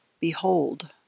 behold